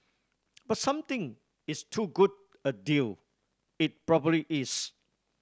but something is too good a deal it probably is